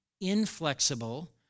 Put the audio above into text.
inflexible